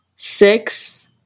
Six